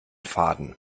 faden